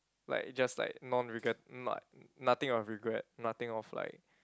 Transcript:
like just like non regret not nothing of regret nothing of like